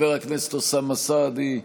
חבר הכנסת אוסאמה סעדי,